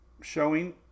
showing